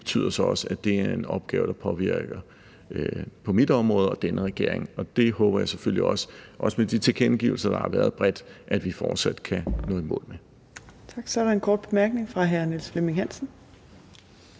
det betyder så også, at det er en opgave, der påvirker mit område og denne regering. Jeg håber selvfølgelig også – også med de tilkendegivelser, der har været bredt – at vi fortsat kan nå i mål med